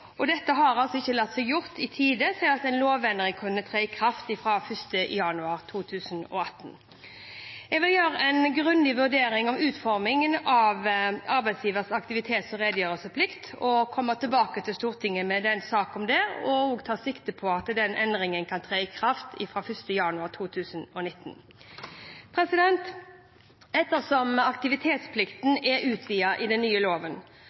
og dette har altså ikke latt seg gjøre i tide til at en lovendring kunne tre i kraft fra 1. januar 2018. Jeg vil gjøre en grundig vurdering av utformingen av arbeidsgiveres aktivitets- og redegjørelsesplikt og komme tilbake til Stortinget med en sak om dette, med sikte på at den endringen kan tre i kraft fra 1. januar 2019. Ettersom aktivitetsplikten er utvidet i den nye loven,